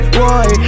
boy